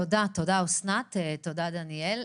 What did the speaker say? תודה אסנת ודניאל.